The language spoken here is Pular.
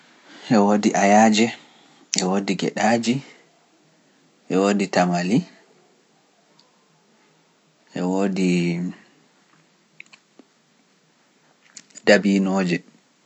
Ɓee woodi aayaaj, e woodi geɗaaji, e woodi tamali, e woodi dabiinooje. e wodi koridi